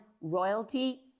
royalty